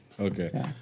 Okay